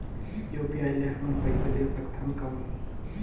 UPI ले हमन पइसा ले सकथन कौन?